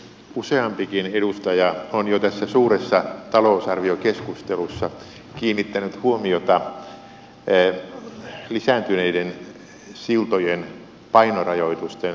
useampikin edustaja on jo tässä suuressa talousarviokeskustelussa kiinnittänyt huomiota lisääntyneisiin siltojen painorajoitusten aiheuttamiin ongelmiin